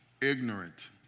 ignorant